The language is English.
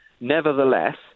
nevertheless